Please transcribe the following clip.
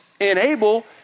enable